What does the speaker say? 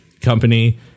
company